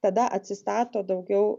tada atsistato daugiau